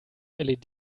led